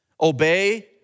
Obey